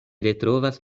retrovas